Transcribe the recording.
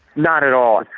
not at all.